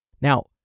Now